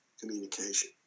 communication